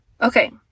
Okay